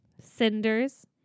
Cinders